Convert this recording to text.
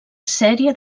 sèrie